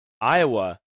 Iowa